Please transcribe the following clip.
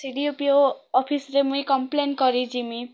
C D P O ଅଫିସ୍ରେ ମୁଇଁ complain କରି ଜିମି